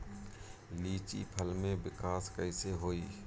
लीची फल में विकास कइसे होई?